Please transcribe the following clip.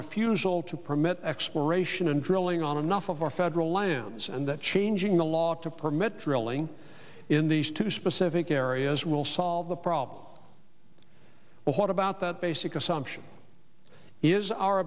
refusal to permit exploration and drilling on enough of our federal lands and that changing the law to permit drilling in these two specific areas will solve the problem but what about that basic assumption is our